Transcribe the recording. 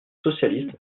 socialiste